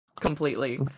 Completely